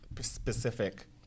specific